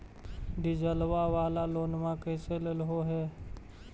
डीजलवा वाला लोनवा कैसे लेलहो हे?